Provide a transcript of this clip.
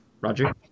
Roger